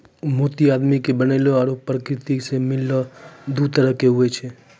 मोती आदमी के बनैलो आरो परकिरति सें मिललो दु तरह के होय छै